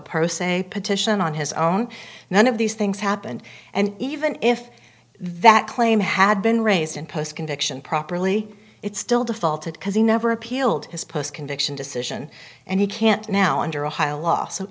a petition on his own none of these things happened and even if that claim had been raised in post conviction properly it still defaulted because he never appealed his post conviction decision and he can't now under ohio law s